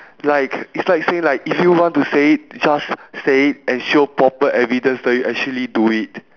like it's like saying like if you want to say it just say it and show proper evidence that you actually do it